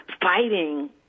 fighting